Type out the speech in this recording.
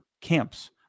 camps